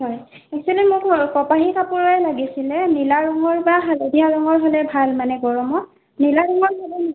হয় এক্সোৱেলি মোক কপাহী কাপোৰৰে লাগিছিলে নীলা ৰঙৰ বা হালধীয়া ৰঙৰ হ'লে ভাল মানে গৰমত নীলা ৰঙৰ হ'ব নেকি